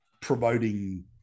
promoting